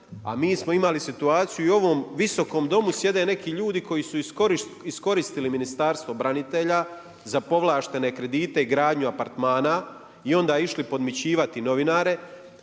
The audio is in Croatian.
a mi smo imali situaciju i u ovom Visokom domu, sjede neki ljudi koji su iskoristili Ministarstvo branitelja za povlaštene kredite, gradnju apartmana i onda išli podmićivati novinare.